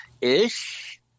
ish